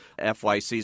FYC